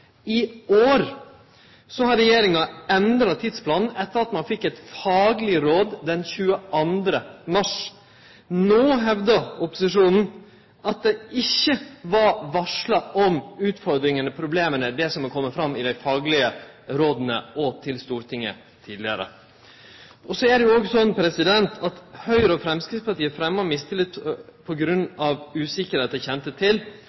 år har regjeringa endra tidsplanen, etter at ein fekk eit fagleg råd den 22. mars. No hevdar opposisjonen at dei ikkje var varsla om utfordringane, problema, det som er kome fram i dei faglege råda og til Stortinget tidlegare. Så er det jo òg slik at Høgre og Framstegspartiet har fremma mistillit på grunn av usikkerheit dei kjende til